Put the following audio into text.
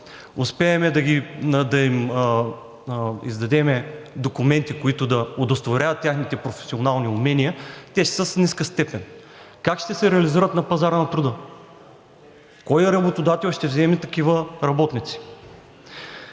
успеем да им издадем документи, които да удостоверяват техните професионални умения, те ще са с ниска степен – как ще се реализират на пазара на труда? Кой работодател ще вземе такива работници?